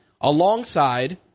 alongside